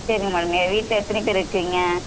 சரிங்க மேடம் எ வீட்டில எத்தனை பேர் இருக்கீங்கள்